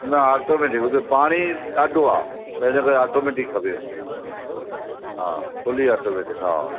न ऑटोमैटिक हिते पाणी ॾाढो आहे त हिन करे ऑटोमैटिक खपे मूंखे हा फुली ऑटोमैटिक हा